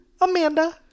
Amanda